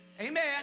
Amen